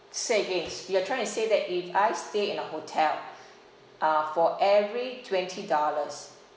say agains you are trying to say that if I stay in a hotel uh for every twenty dollars